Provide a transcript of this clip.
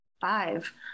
five